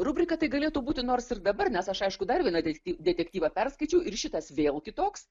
rubrika tai galėtų būti nors ir dabar nes aš aišku dar vieną detektyvą perskaičiau ir šitas vėl kitoks